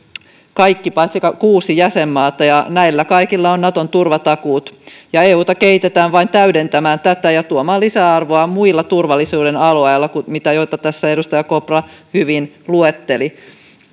kaikki paitsi kuusi jäsenmaata ja näillä kaikilla on naton turvatakuut euta kehitetään vain täydentämään tätä ja tuomaan lisäarvoa muilla turvallisuuden alueilla joita tässä edustaja kopra hyvin luetteli